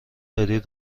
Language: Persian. داری